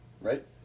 right